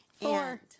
Four